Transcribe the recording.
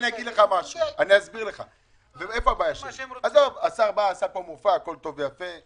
השר בא, עשה פה מופע, הכול טוב ויפה.